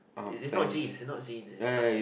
it's it's not jeans it's not jeans it is like